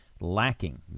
lacking